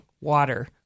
water